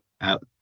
out